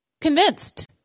convinced